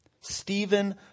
Stephen